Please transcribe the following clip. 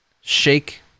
Shake